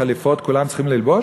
שכולם צריכים ללבוש